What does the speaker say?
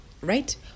right